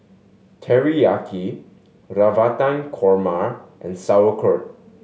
Teriyaki Navratan Korma and Sauerkraut